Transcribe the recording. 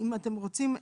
אם אתם רוצים,